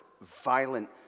violent